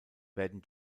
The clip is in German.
werden